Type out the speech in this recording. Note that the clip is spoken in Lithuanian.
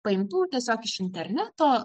paimtų tiesiog iš interneto